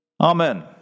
Amen